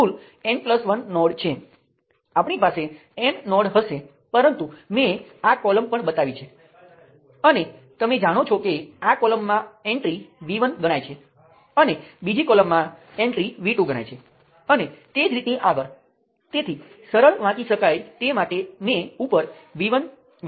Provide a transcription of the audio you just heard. તેથી ચાલો કહીએ કે આ સર્કિટનો ગ્રાફ છે એટલે કે આ ચાર બિંદુઓ દરેક એક નોડ છે અને આ શાખામાં બે છેડાના પદ છે